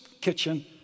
kitchen